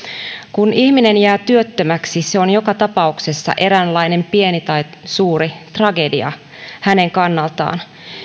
kun ihminen jää työttömäksi se on joka tapauksessa eräänlainen pieni tai suuri tragedia hänen kannaltaan